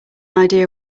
idea